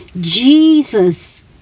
jesus